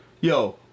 yo